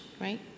right